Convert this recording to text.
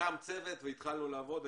שקם צוות והתחלנו לעבוד.